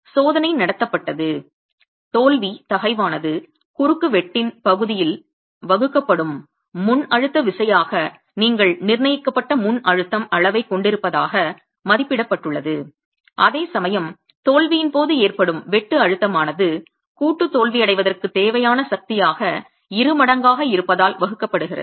சோதனை நடத்தப்பட்டது தோல்வி தகைவானது குறுக்குவெட்டின் பகுதியால் வகுக்கப்படும் முன்அழுத்த விசையாக நீங்கள் நிர்ணயிக்கப்பட்ட முன்அழுத்தம் அளவைக் கொண்டிருப்பதாக மதிப்பிடப்பட்டுள்ளது அதேசமயம் தோல்வியின் போது ஏற்படும் வெட்டு அழுத்தமானது கூட்டு தோல்வியடைவதற்குத் தேவையான சக்தியாக இருமடங்காக இருப்பதால் வகுக்கப்படுகிறது